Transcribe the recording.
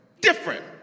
Different